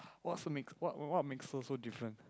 what so means what what makes her so different